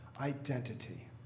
identity